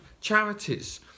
charities